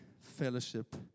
fellowship